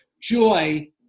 joy